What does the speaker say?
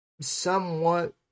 somewhat